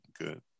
good